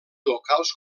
locals